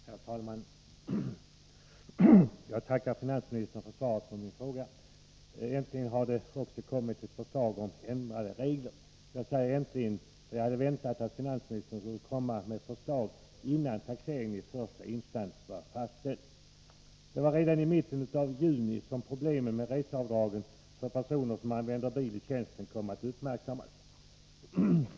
Herr talman! Jag tackar finansministern för svaret på min fråga. Äntligen har det kommit ett förslag om ändrade regler. Jag säger äntligen, för jag hade väntat att finansministern skulle komma med ett förslag innan taxeringen i första instans var fastställd. Det var redan i mitten av juni som problemen med reseavdragen för personer som använder bil i tjänsten kom att uppmärksammas.